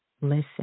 Listen